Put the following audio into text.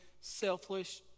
selfish